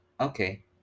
okay